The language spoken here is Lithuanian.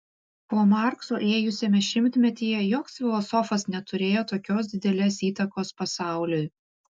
po markso ėjusiame šimtmetyje joks filosofas neturėjo tokios didelės įtakos pasauliui